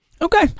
Okay